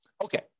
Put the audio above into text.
Okay